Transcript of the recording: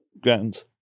grounds